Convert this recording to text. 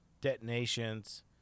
detonations